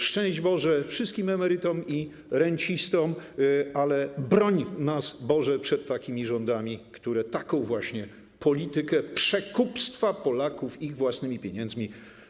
Szczęść Boże wszystkim emerytom i rencistom, ale broń nas, Boże, przed rządami, które uprawiają politykę przekupstwa Polaków ich własnymi pieniędzmi.